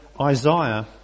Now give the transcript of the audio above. Isaiah